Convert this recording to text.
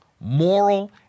moral